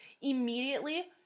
Immediately